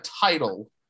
title